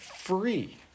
free